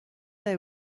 del